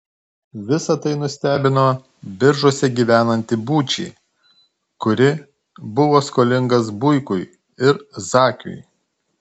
visa tai nustebino biržuose gyvenantį būčį kuri buvo skolingas buikui ir zakiui